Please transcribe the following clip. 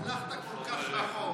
הלכת כל כך רחוק.